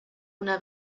una